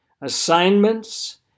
assignments